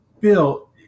Bill